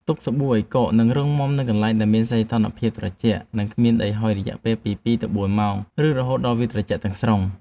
ទុកសាប៊ូឱ្យកក និងរឹងមាំនៅកន្លែងដែលមានសីតុណ្ហភាពត្រជាក់ និងគ្មានដីហុយរយៈពេលពី ២ ទៅ ៤ ម៉ោង ឬរហូតដល់វាត្រជាក់ទាំងស្រុង។